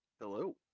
hello